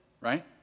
right